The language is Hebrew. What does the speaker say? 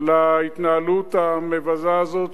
להתנהלות המבזה הזאת,